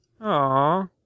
Aw